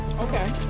Okay